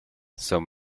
son